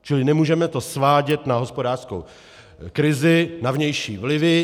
Čili to nemůžeme svádět na hospodářskou krizi, na vnější vlivy.